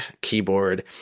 keyboard